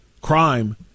crime